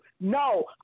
No